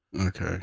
Okay